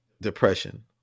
depression